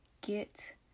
get